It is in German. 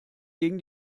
gegen